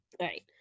right